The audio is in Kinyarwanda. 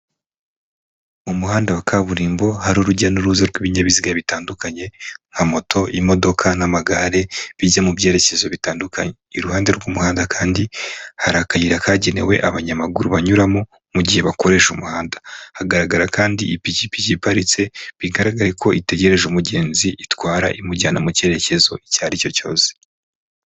Mu muhanda wa kaburimbo hari urujya n'uruza rw'ibinyabiziga bitandukanye nka moto, imodoka n'amagare bijya mu byerekezo bitandukanye. Iruhande rw'umuhanda kandi hari akayira kagenewe abanyamaguru banyuramo mu gihe bakoresha umuhanda. Hagaragara kandi ipikipiki iparitse, bigaragara ko itegereje umugenzi itwara, imujyana mu cyerekezo icyo ari cyo cyose.